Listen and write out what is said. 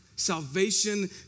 Salvation